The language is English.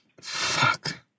Fuck